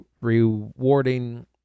rewarding